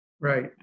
Right